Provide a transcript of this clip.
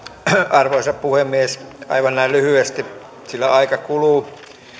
arvoisa puhemies aivan näin lyhyesti sillä aika kuluu